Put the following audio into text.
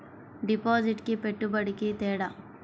డిపాజిట్కి పెట్టుబడికి తేడా?